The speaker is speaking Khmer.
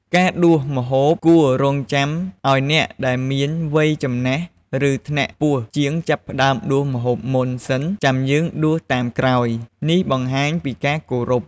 ការដួសម្ហូបគួររង់ចាំឱ្យអ្នកដែលមានវ័យចំណាស់ ឬ ថ្នាក់ខ្ពស់ជាងចាប់ផ្ដើមដួសម្ហូបមុនសិនចាំយើងដួសតាមក្រោយ នេះបង្ហាញពីការគោរព។